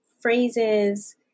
phrases